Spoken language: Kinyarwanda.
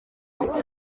ubundi